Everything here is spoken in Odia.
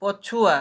ପଛୁଆ